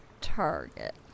target